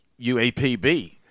UAPB